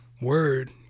word